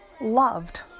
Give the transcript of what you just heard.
loved